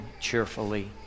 cheerfully